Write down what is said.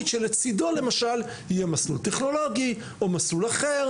שלצידו יהיה מסלול טכנולוגי או מסלול אחר.